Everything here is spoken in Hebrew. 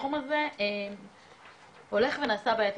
והתחום הזה הולך ונעשה בעייתי.